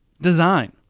design